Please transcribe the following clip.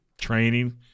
training